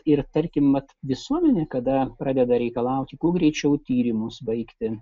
ir tarkim mat visuomenė kada pradeda reikalauti kuo greičiau tyrimus baigti